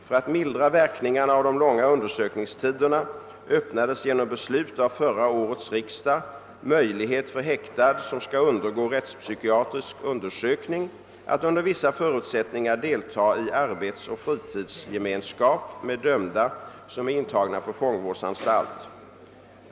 För att mildra verkningarna av de långa undersökningstiderna öppnades genom beslut av förra årets riksdag möjlighet för häktad som skall undergå rättspsykiatrisk undersökning att under vissa förutsättningar delta i arbetsoch fritidsgemenskap med dömda som är intagna på fångvårdsanstalt.